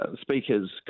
speaker's